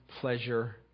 pleasure